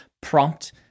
prompt